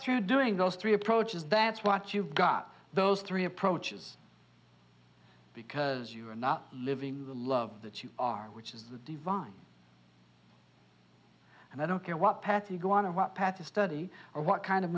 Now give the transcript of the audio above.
through doing those three approaches that's what you've got those three approaches because you are not living the love that you are which is the divine and i don't care what path you go on or what path to study or what kind of